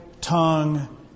tongue